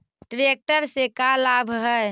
Tractor से का लाभ है?